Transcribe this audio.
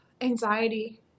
Anxiety